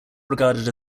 regarded